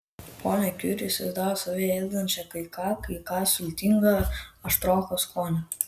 ponia kiuri įsivaizdavo save ėdančią kai ką kai ką sultinga aštroko skonio